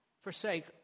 forsake